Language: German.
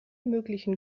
möglichen